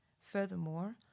Furthermore